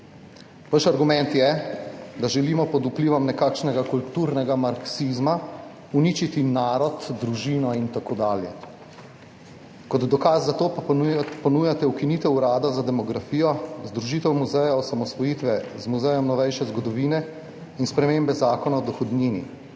Vaš argument je, da želimo pod vplivom nekakšnega kulturnega marksizma uničiti narod, družino in tako dalje, kot dokaz za to pa ponujate ukinitev Urada za demografijo, združitev Muzeja slovenske osamosvojitve z Muzejem novejše zgodovine in spremembe Zakona o dohodnini.